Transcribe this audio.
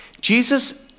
Jesus